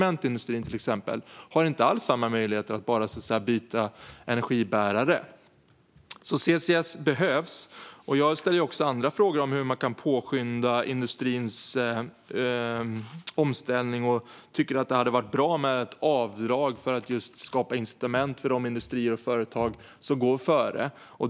Men exempelvis cementindustrin har inte alls samma möjligheter att bara byta energibärare, så CCS behövs. Jag ställer också andra frågor om hur man kan påskynda industrins omställning och tycker att det hade varit bra med ett avdrag för att skapa incitament för de industrier och företag som går före.